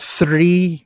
three